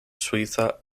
suiza